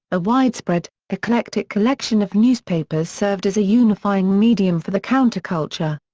a widespread, eclectic collection of newspapers served as a unifying medium for the counterculture.